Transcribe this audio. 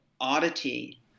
oddity